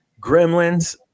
gremlins